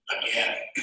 again